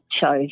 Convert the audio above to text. chose